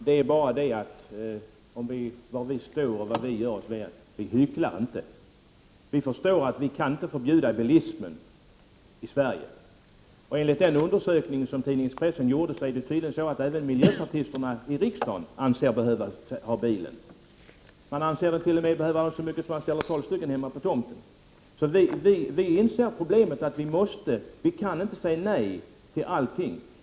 Herr talman! Vi moderater hycklar inte om var vi står och vad vi gör, Roy Ottosson. Vi förstår att man inte kan förbjuda bilismen i Sverige. Enligt den undersökning som tidningen Expressen gjorde anser sig även miljöpartisterna i riksdagen behöva bilen. Någon anser sig t.o.m. behöva bilen så mycket att vederbörande måste ställa tolv bilar på tomten. Vi moderater inser att problemet är att vi inte kan säga nej till allt.